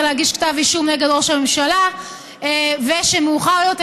להגיש כתב אישום נגד ראש הממשלה וכשמאוחר יותר,